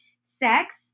Sex